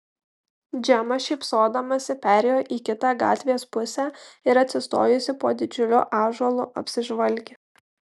džema šypsodamasi perėjo į kitą gatvės pusę ir atsistojusi po didžiuliu ąžuolu apsižvalgė